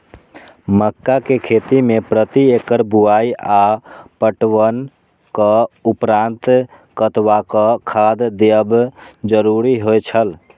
मक्का के खेती में प्रति एकड़ बुआई आ पटवनक उपरांत कतबाक खाद देयब जरुरी होय छल?